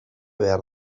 behar